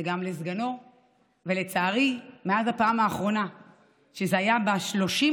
ובזמנו נקבעה לה רמה שכלית תפקודית ייחודית של ילדה בת